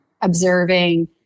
observing